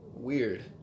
weird